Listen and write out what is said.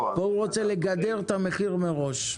פה הוא רוצה לגדר את המחיר מראש.